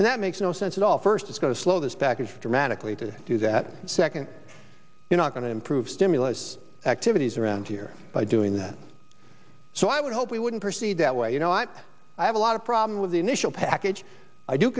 and that makes no sense at all first it's going to slow this package dramatically to do that second you're not going to improve stimulus activities around here by doing that so i would hope we wouldn't proceed that way you know i have a lot of problem with the initial package i do